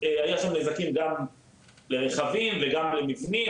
היו שם נזקים גם לרכבים וגם למבנים,